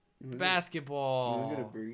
basketball